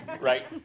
right